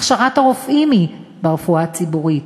הכשרת הרופאים היא ברפואה הציבורית.